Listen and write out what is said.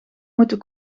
moeten